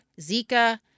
Zika